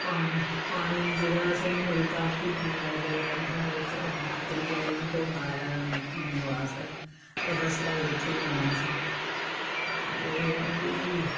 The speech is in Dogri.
पानी पानी जेह्ड़ा असें गी मिलदा ओह् बी कुदै त्रियै दिन थ्होंदा ऐ पीने बास्तै ते फसलां गी कु'त्थूं देना असें ते एह् ऐ कि भई